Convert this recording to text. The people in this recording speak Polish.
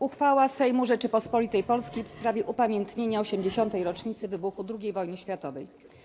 Uchwała Sejmu Rzeczypospolitej Polskiej w sprawie upamiętnienia 80. rocznicy wybuchu II Wojny Światowej.